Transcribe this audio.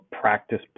practice